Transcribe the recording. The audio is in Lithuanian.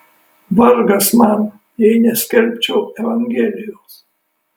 vargas man jei neskelbčiau evangelijos